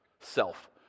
Self